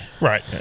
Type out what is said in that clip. Right